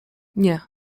nie